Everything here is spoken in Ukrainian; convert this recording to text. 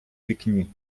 вікні